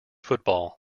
football